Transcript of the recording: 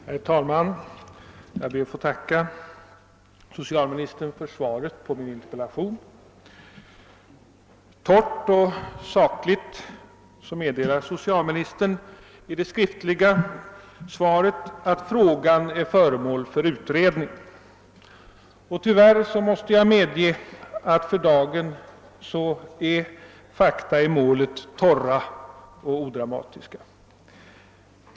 Herr talman! Jag ber att få tacka socialministern för svaret på min interpellation. Kort och sakligt meddelar socialministern i svaret att frågan är föremål för utredning, och tyvärr måste jag medge att fakta i målet för dagen är torra och odramatiska.